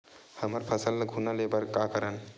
हमर फसल ल घुना ले बर का करन?